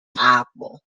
apple